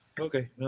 Okay